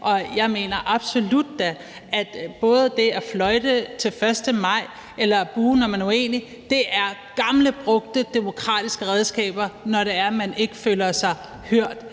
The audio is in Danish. og jeg mener da absolut, at både det at fløjte til et 1. maj-arrangement eller at buhe, når man er uenig, er gamle brugte demokratiske redskaber, når man ikke føler sig hørt